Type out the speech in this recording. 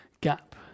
gap